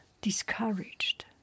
discouraged